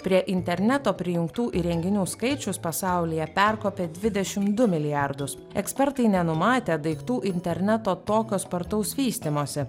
prie interneto prijungtų įrenginių skaičius pasaulyje perkopė dvidešimt du milijardus ekspertai nenumatė daiktų interneto tokio spartaus vystymosi